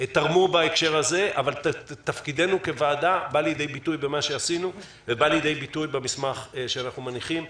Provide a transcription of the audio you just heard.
תרמו בהקשר הזה ותפקידנו בא לידי ביטוי במסמך שאנחנו מניחים עתה.